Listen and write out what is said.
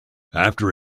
after